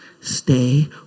Stay